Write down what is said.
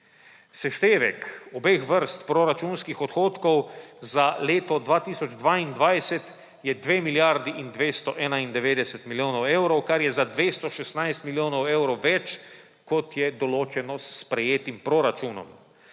Seštevek obeh vrst proračunskih odhodkov za leto 2022 je dve milijardi in 291 milijonov evrov, kar je za 216 milijonov evrov več, kot je določeno s sprejetim proračunom.